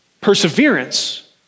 Perseverance